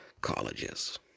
colleges